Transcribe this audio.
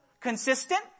Consistent